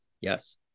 Yes